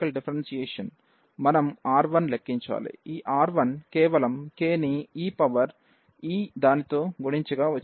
ఈ r1 కేవలం kని e పవర్ ఈ దానితో గుణించగా వచ్చేది